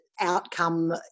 outcome